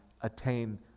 attain